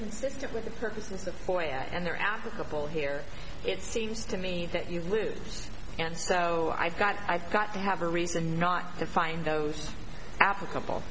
consistent with the purposes of point and there applicable here it seems to me that you live and so i've got i've got to have a reason not to find those applicable